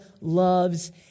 loves